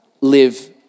live